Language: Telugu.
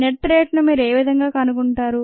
నెట్ రేటును మీరు ఏవిధంగా కనుగొంటారు